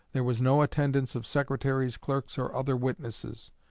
there was no attendance of secretaries, clerks, or other witnesses.